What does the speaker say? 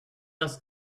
else